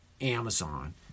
Amazon